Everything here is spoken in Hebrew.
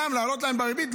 להעלות להם את הריבית?